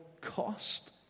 cost